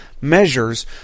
measures